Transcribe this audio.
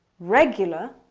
regular